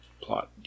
plot